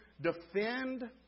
defend